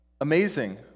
amazing